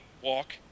walk